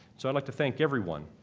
so i'd like to thank everyone,